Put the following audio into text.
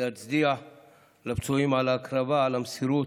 להצדיע לפצועים על ההקרבה, על המסירות,